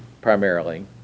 primarily